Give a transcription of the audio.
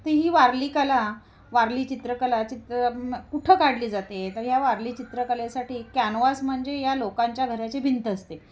तर ही वारली कला वारली चित्रकला चित्र कुठं काढली जाते तर या वारली चित्रकलेसाठी कॅनव्हस म्हणजे या लोकांच्या घराची भिंत असते